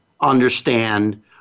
understand